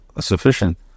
sufficient